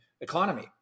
economy